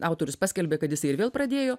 autorius paskelbė kad jisai ir vėl pradėjo